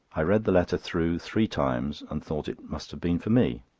i read the letter through three times and thought it must have been for me.